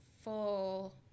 full